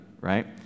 right